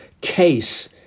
case